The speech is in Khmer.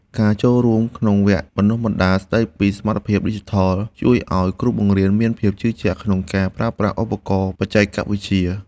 ការចូលរួមក្នុងវគ្គបណ្តុះបណ្តាលស្តីពីសមត្ថភាពឌីជីថលជួយឱ្យគ្រូបង្រៀនមានភាពជឿជាក់ក្នុងការប្រើប្រាស់ឧបករណ៍បច្ចេកវិទ្យា។